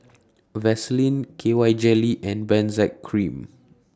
Vaselin K Y Jelly and Benzac Cream